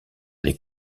des